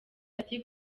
ati